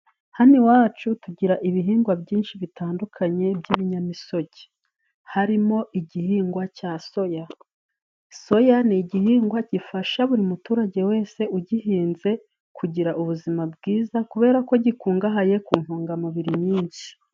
Hano iwacu tugira ibihingwa byinshi bitandukanye by'ibinyamisogi. Harimo igihingwa cya soya. Soya ni igihingwa gifasha buri muturage wese ugihinze kugira ubuzima bwiza, kubera ko gikungahaye ku ntungamubiri nyinshi.